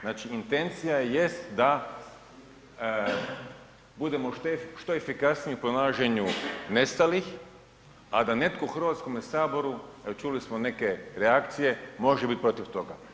Znači intencija jest da budemo što efikasniji u pronalaženju nestalih, a da netko u HS-u, čuli smo neke reakcije, može bit protiv toga.